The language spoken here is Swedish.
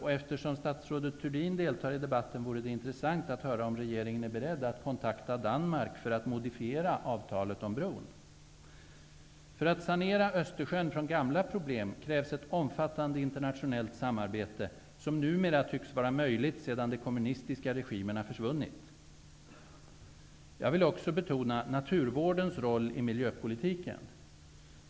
Eftersom statsrådet Thurdin deltar i debatten vore det intressant att höra om regeringen är beredd att kontakta Danmark för att modifiera avtalet om bron. För att sanera Östersjön från gamla problem krävs ett omfattande internationellt samarbete, som numera tycks vara möjligt sedan de kommunistiska regimerna försvunnit. Jag vill också betona naturvårdens roll i miljöpolitiken.